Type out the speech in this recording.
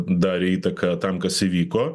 darė įtaką tam kas įvyko